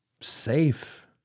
safe